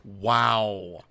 Wow